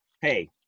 Hey